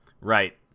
right